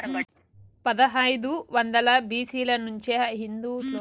పదహైదు వందల బి.సి ల నుంచే హిందూ శ్లోకాలలో పత్తి ప్రస్తావన ఉంది